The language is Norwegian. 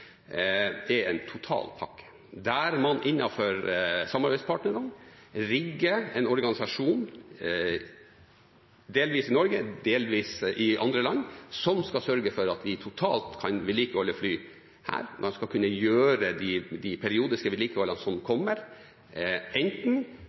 framover, er en totalpakke, der man innenfor samarbeidspartnerne rigger en organisasjon – delvis i Norge, delvis i andre land – som skal sørge for at vi totalt kan vedlikeholde fly her. Man skal kunne gjøre det periodiske